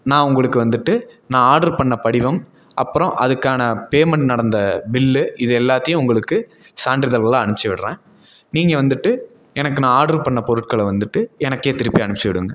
நான் உங்களுக்கு வந்துட்டு நான் ஆர்டரு பண்ண படிவம் அப்புறம் அதுக்கான பேமெண்ட் நடந்த பில்லு இது எல்லாத்தையும் உங்களுக்கு சான்றிதழ்களாக அனுப்பிச்சி விடுறேன் நீங்கள் வந்துட்டு எனக்கு நான் ஆர்டரு பண்ண பொருட்களை வந்துட்டு எனக்கே திருப்பி அனுப்பிச்சி விடுங்க